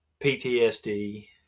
PTSD